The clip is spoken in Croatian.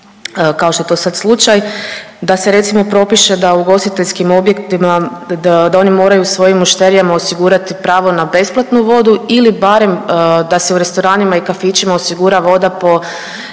kao što je to sad slučaj. Da se recimo propiše da ugostiteljskim objektima, da oni moraju svojim mušterijama osigurati pravo na besplatnu vodu ili barem da se u restoranima i kafićima osigura voda po